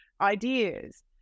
ideas